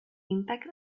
impact